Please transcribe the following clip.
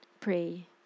pray